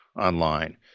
online